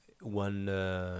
one